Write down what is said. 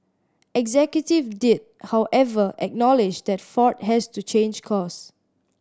executive did however acknowledge that Ford has to change course